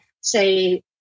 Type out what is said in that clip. say